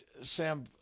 Sam